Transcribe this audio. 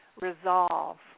resolve